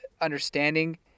understanding